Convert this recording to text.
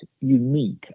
unique